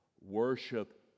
Worship